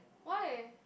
why